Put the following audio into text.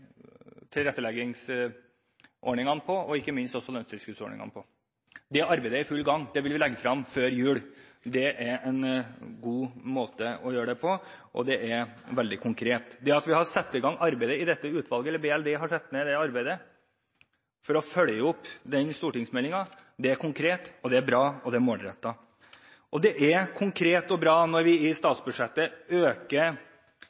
tilretteleggingsordningene og ikke minst lønnstilskuddsordningene. Det arbeidet er i full gang. Det vil vi legge frem før jul. Det er en god måte å gjøre det på, og det er veldig konkret. At BLD har satt i gang arbeidet i dette utvalget for å følge opp den stortingsmeldingen, er konkret, bra og målrettet. Det er også konkret og bra når vi i statsbudsjettet bl.a. øker bevilgningene til funksjonsassistent med 10 pst., som gjør at flere får muligheten til å bli assistert og